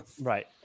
Right